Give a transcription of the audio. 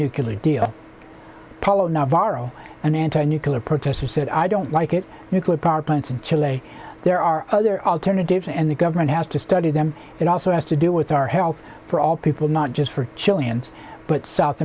nuclear deal problem not viral an anti nuclear protester said i don't like it nuclear power plants in chile there are other alternatives and the government has to study them it also has to do with our health for all people not just for chileans but south